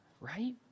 right